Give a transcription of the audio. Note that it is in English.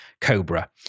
cobra